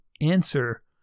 answer